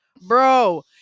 Bro